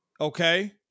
okay